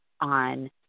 on